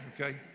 Okay